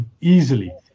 easily